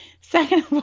Second